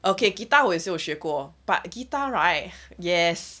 okay guitar 我也是也学过 but guitar right yes